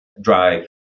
drive